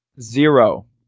zero